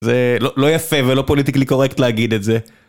זה לא יפה ולא פוליטיקלי קורקט להגיד את זה.